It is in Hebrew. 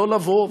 לא לבוא,